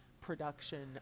production